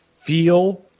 feel